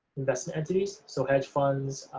investment entities, so, hedge funds,